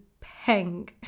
peng